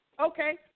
Okay